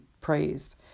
praised